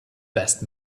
best